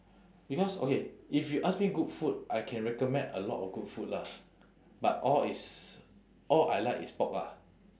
because okay if you ask me good food I can recommend a lot of good food lah but all is all I like is pork ah